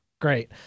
Great